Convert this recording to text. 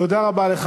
תודה רבה לך.